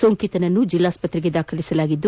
ಸೋಂಕಿತನನ್ನು ಜಿಲ್ಲಾಸ್ಪತ್ರೆಗೆ ದಾಖಲಿಸಲಾಗಿದೆ